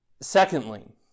Secondly